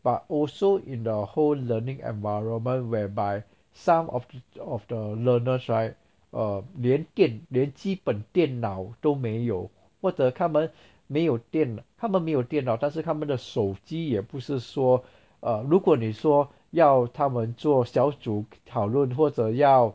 but also in the whole learning environment whereby some of of the learners right um 连电连基本电脑都没有或者他们没有电脑他们没有电脑但是他们的手机也不是说 uh 如果你说要他们做小组讨论或者要